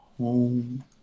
home